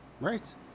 right